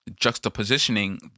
juxtapositioning